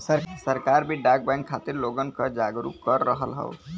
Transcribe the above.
सरकार भी डाक बैंक खातिर लोगन क जागरूक कर रहल हौ